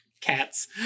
Cats